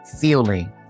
feeling